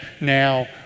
now